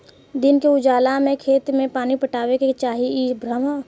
दिन के उजाला में खेत में पानी पटावे के चाही इ भ्रम ह